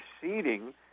proceeding